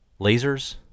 lasers